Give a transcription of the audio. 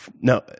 no